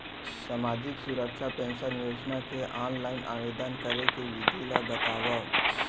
सामाजिक सुरक्षा पेंशन योजना के ऑनलाइन आवेदन करे के विधि ला बतावव